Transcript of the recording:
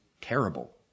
terrible